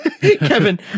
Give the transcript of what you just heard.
Kevin